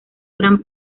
gran